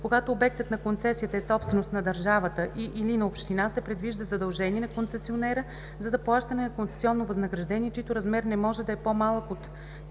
Когато обектът на концесията е собственост на държавата и/или на община се предвижда задължение на концесионера за заплащане на концесионно възнаграждение, чийто размер не може да е по-малък от